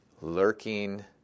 lurking